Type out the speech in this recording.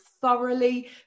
thoroughly